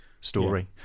story